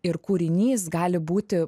ir kūrinys gali būti